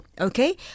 Okay